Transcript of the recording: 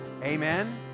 Amen